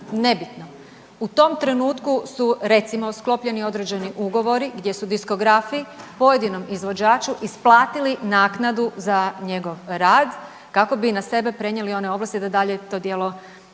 nebitno. U tom trenutku su recimo sklopljeni određeni ugovori gdje su diskografi pojedinom izvođaču isplatili naknadu za njegov rad kako bi na sebe prenijeli one ovlasti da dalje to djelo